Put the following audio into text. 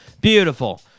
Beautiful